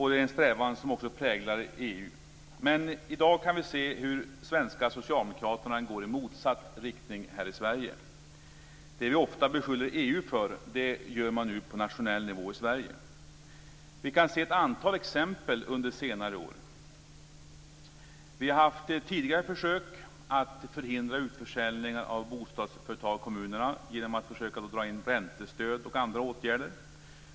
Det är en strävan som också präglar EU. Men i dag kan vi se hur svenska socialdemokrater går i motsatt riktning här i Sverige. Det vi ofta beskyller EU för gör man nu på nationell nivå i Sverige. Vi kan se ett antal exempel under senare år. Vi har haft tidigare försök att förhindra utförsäljningen av bostadsföretag i kommunerna genom att dra in räntestöd och andra åtgärder.